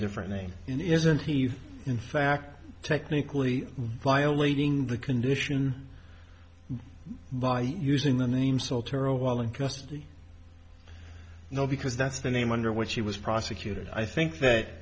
different name in isn't he in fact technically violating the condition by using the name soetoro while in custody no because that's the name under which he was prosecuted i think that